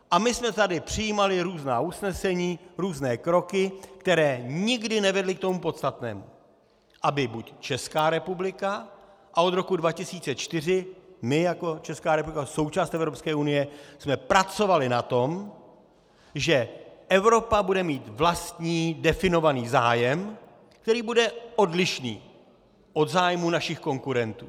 A my jsme tady přijímali různá usnesení, různé kroky, které nikdy nevedly k tomu podstatnému: abychom buď Česká republika, a od roku 2004 my jako Česká republika, součást Evropské unie, pracovali na tom, že Evropa bude mít vlastní definovaný zájem, který bude odlišný od zájmů našich konkurentů.